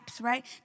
Right